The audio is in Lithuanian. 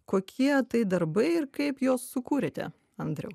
kokie tai darbai ir kaip juos sukūrėte andriau